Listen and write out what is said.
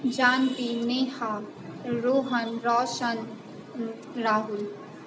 Janaki Neha Rohan Raushan Rahul